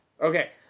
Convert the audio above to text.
Okay